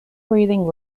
breathing